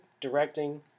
directing